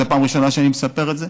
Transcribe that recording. זו הפעם הראשונה שאני מספר את זה,